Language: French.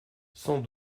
sans